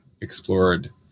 explored